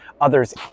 Others